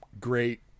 great